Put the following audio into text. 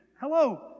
Hello